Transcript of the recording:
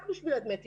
רק בשביל דמי התיווך.